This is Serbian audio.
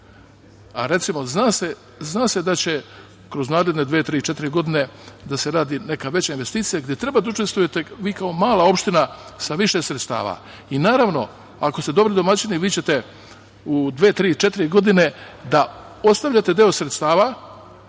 recimo zna se da će kroz naredne dve, tri, četiri godine da se radi neka veća investicija gde treba da učestvujete vi kao mala opština sa više sredstava. Naravno, ako ste dobri domaćini vi ćete u dve, tri, četiri godine da ostavljate deo sredstava